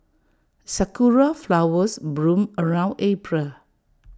Sakura Flowers bloom around April